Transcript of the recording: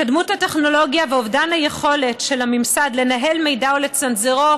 התקדמות הטכנולוגיה ואובדן היכולת של הממסד לנהל מידע או לצנזרו,